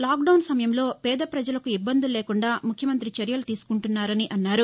lock down సమయంలో పేద పజలకు ఇబ్బందులు లేకుండా ముఖ్యమంతి చర్యలు తీసుకుంటున్నారన్నారు